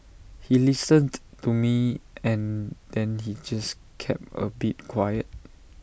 he listened to me and then he just kept A bit quiet